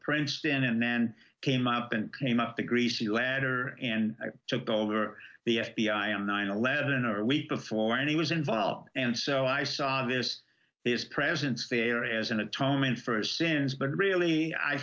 princeton and then came up and came up the greasy ladder and i took over the f b i on nine eleven or a week before and he was involved and so i saw this this presence there as an atonement for sins but really i